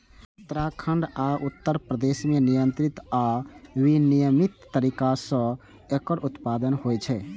उत्तराखंड आ उत्तर प्रदेश मे नियंत्रित आ विनियमित तरीका सं एकर उत्पादन होइ छै